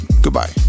goodbye